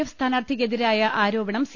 F സ്ഥാനാർത്ഥിക്കെതിരായ ആരോ പണം സി